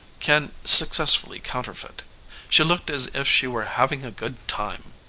can successfully counterfeit she looked as if she were having a good time.